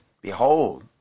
behold